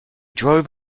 drove